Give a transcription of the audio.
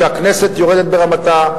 שהכנסת יורדת ברמתה,